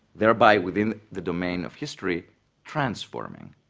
thereby within the domain of history transforming,